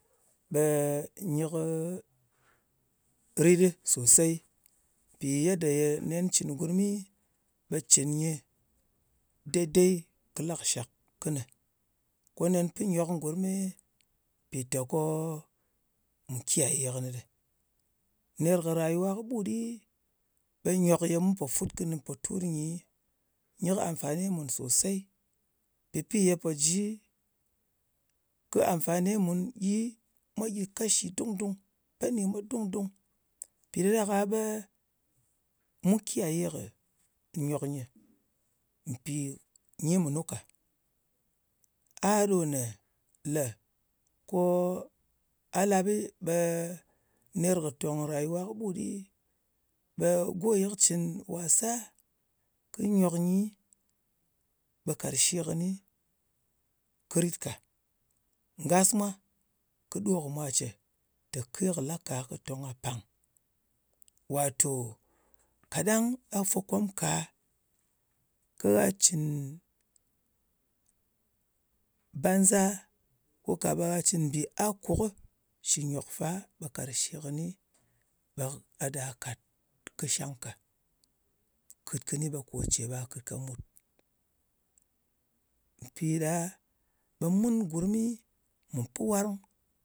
Ɓe nyɨ kɨ rit ɗɨ sòsey. Mpì yadda nen cɨn, ɓe cɨn nyɨ dei-dei kɨ la kɨshak kɨnɨ. Ko nen pɨn nyok gurmi, mpìteko nyɨ kiyaye kɨnɨ ɗɨ. Ner kɨ rayuwa kɨɓut ɗi, ɓe nyòk ye mu pò fut kɨnɨ mpòtur nyi, nyɨ kɨ amfani mùn sòsey. Pipi ye pò ji kɨ amfani mun mwa gyɨ mwa gyɨ kashi dung-dung. Mpì ɗa ɗak-a ɓe mu kiyaye kɨ nyòk nyɨ mpì nyi mùnu ka. A ɗo nē lē ka labɨ, ɓe ner kɨ tòng ràyuwa kɨɓut ɗi, ɓe go ye kɨ cȉn wasa kɨ nyòk nyi, ɓe karshe kɨni kɨ rit ka. Ngas mwa kɨ ɗo kɨ̀ mwa ce, tè, ke kɨ la ka kɨ tong ka pàng. Wàtò kaɗang gha fwokom ka, ka cɨn banza, ko ka ɓe a cɨn mbì akuk shɨ nyok fa, ɓe karshe kɨni, ɓe a ɗa kàt kɨ shang ka. Kɨt kɨni, ɓe kò ce ba kɨt ka mùt. Mpi ɗa ɓe mun gurmɨ mu pɨ warng